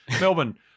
Melbourne